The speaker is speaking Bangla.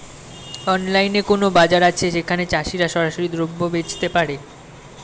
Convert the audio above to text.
অনলাইনে কোনো বাজার আছে যেখানে চাষিরা সরাসরি দ্রব্য বেচতে পারে?